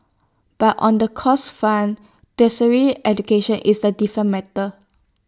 but on the costs front tertiary education is A different matter